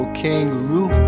kangaroo